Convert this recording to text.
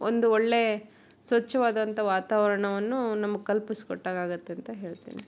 ಒಂದು ಒಳ್ಳೆ ಸ್ವಚ್ಛವಾದಂತ ವಾತಾವರಣವನ್ನೂ ನಮ್ಗೆ ಕಲ್ಪಿಸ್ಕೊಟ್ಟಾಗಾಗುತ್ತೆ ಅಂತ ಹೇಳ್ತೀನಿ